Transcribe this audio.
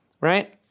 right